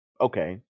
Okay